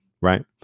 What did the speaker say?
Right